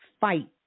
fight